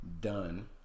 done